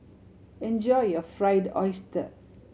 enjoy your Fried Oyster